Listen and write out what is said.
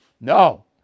No